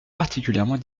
particulièrement